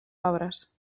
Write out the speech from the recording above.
obres